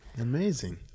Amazing